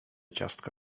ciastka